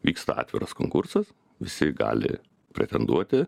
vyksta atviras konkursas visi gali pretenduoti